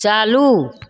चालू